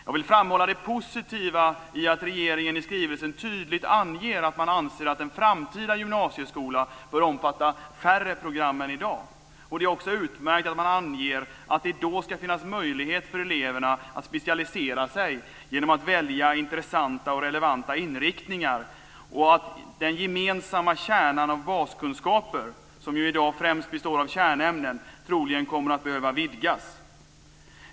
Jag vill framhålla det positiva i att regeringen i skrivelsen tydligt anger att man anser att en framtida gymnasieskola bör omfatta färre program än i dag. Det är också utmärkt att man anger att det då ska finnas möjlighet för eleverna att specialisera sig genom att välja intressanta och relevanta inriktningar och att den gemensamma kärnan av baskunskaper, som i dag främst består av kärnämnen, troligen kommer att behöva vidgas.